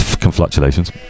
congratulations